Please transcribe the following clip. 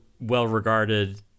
well-regarded